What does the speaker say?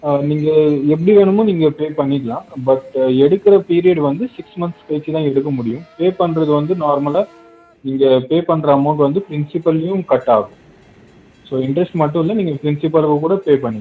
நீங்கள் எப்படி வேணுமோ நீங்கள் பே பண்ணிக்கலாம் பட்டு எடுக்கிற பீரியட் வந்து சிக்ஸ் மன்த்ஸ் கழிச்சு தான் எடுக்க முடியும் பே பண்ணுறது வந்து நார்மலாக நீங்கள் பே பண்ணுற அமௌண்ட் வந்து ப்ரின்சிபல்லையும் கட்டாகும் ஸோ இன்ட்ரஸ்ட் மட்டும் இல்லை நீங்கள் ப்ரின்சிபல்லுக்குகூட பே பண்ணிக்கலாம்